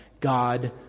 God